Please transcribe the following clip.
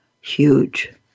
Huge